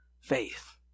faith